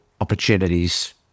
opportunities